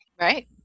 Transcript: Right